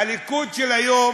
הליכוד של היום